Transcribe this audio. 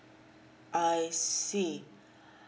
I see